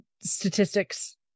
statistics